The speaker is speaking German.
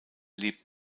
lebt